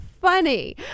funny